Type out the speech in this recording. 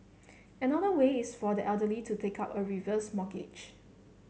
another way is for the elderly to take up a reverse mortgage